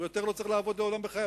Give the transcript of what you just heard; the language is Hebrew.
הוא יותר לא צריך לעבוד לעולם בחייו.